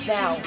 Now